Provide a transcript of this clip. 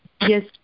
Yes